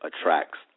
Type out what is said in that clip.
attracts